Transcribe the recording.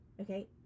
okay